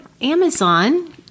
Amazon